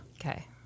Okay